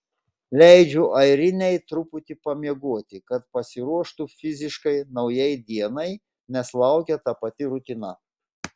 leidžiu airinei truputį pamiegoti kad pasiruoštų fiziškai naujai dienai nes laukia ta pati rutina